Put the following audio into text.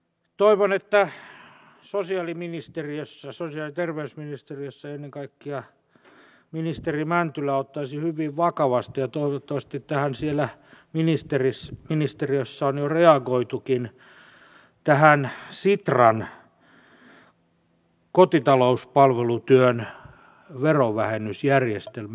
toivon että sosiaali ja terveysministeriössä ennen kaikkea ministeri mäntylä ottaisi hyvin vakavasti ja toivottavasti tähän siellä ministeriössä on jo reagoitukin sitran kotitalouspalvelutyön verovähennysjärjestelmän